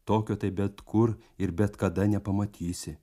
tokio tai bet kur ir bet kada nepamatysi